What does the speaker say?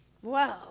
whoa